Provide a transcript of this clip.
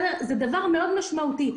זה דבר שהוא מאוד משמעותי,